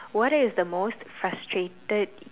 what is the most frustrated